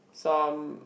some